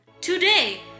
Today